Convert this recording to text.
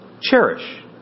Cherish